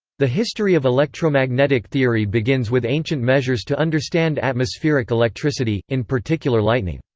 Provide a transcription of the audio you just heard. the history of electromagnetic theory begins with ancient measures to understand atmospheric electricity, in particular lightning.